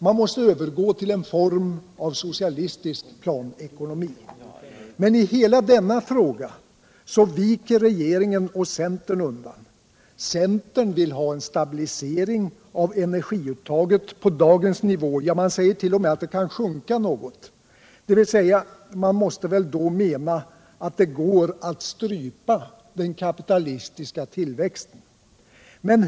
Man måste övergå till en form av socialistisk planekonomi. Men i hela denna fråga viker regeringen och centern undan. Centern vill ha en stabilisering av energiintaget på dagens nivå — ja, man säger t.o.m. att det kan sjunka något, och man måste väl då mena att det går att strypa den kapitalistiska tillväxten!